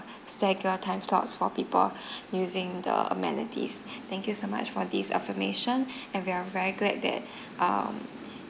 it's like a time slots for people using the amenities thank you so much for this affirmation and we are very glad that um